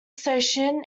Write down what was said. station